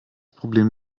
problem